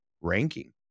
ranking